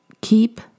Keep